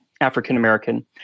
African-American